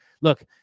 look